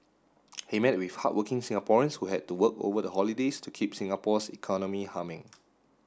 he met with hard working Singaporeans who had to work over the holidays to keep Singapore's economy humming